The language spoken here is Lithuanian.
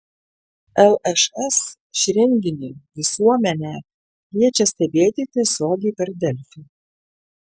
lšs šį renginį visuomenę kviečia stebėti tiesiogiai per delfi